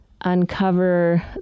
uncover